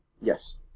Yes